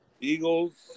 Eagles